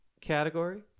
category